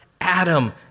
Adam